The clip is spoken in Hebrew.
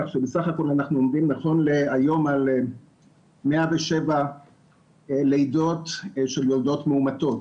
כך שבסך הכול אנחנו עומדים נכון להיום על 107 לידות של יולדות מאומתות.